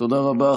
תודה רבה.